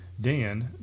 Dan